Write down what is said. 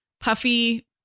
puffy